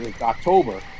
October